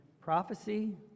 prophecy